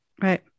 Right